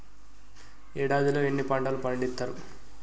ఏడాదిలో ఎన్ని పంటలు పండిత్తరు?